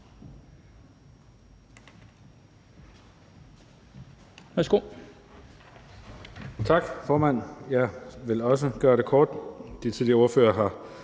Tak, formand. Jeg vil også gøre det kort.